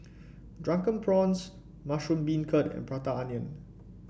Drunken Prawns Mushroom Beancurd and Prata Onion